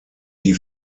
die